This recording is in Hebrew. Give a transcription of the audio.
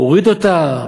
הוריד אותה,